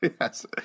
Yes